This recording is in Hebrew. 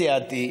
סיעתי,